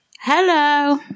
Hello